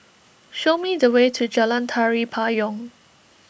show me the way to Jalan Tari Payong